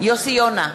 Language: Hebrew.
יוסי יונה,